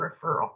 referral